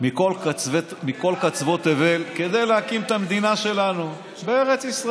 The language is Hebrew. מכל קצוות תבל, אתם באתם